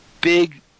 big